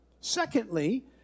secondly